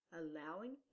allowing